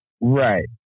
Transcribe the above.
Right